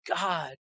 God